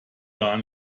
gar